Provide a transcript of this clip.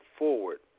forward